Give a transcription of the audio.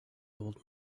old